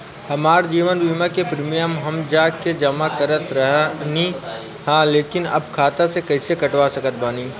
हमार जीवन बीमा के प्रीमीयम हम जा के जमा करत रहनी ह लेकिन अब खाता से कइसे कटवा सकत बानी?